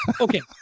okay